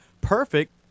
perfect